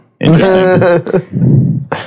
Interesting